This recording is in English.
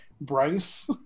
Bryce